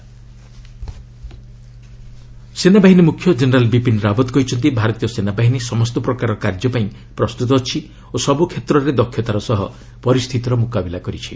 army chief ସେନାବାହିନୀ ମୁଖ୍ୟ general Bipin Rawat କହିଛନ୍ତି ଭାରତୀୟ ସେନା ବାହିନୀ ସମସ୍ତ ପ୍ରକାରର କାର୍ଯ୍ୟ ପାଇଁ ପ୍ରସ୍ତୁତ ଅଛି ଓ ସବୁ କ୍ଷେତ୍ରରେ ଦକ୍ଷତାର ସହ ପରିସ୍ଥିତିର ମୁକାବିଲା କରିଛି